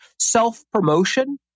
self-promotion